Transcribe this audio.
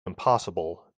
impossible